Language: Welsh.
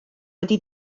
wedi